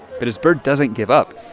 but his bird doesn't give up.